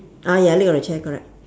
ah ya leg of the chair correct